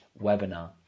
webinar